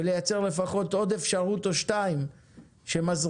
ולייצר לפחות עוד אפשרות אחת או שתיים שמזרימה